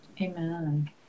Amen